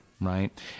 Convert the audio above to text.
right